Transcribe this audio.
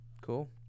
Cool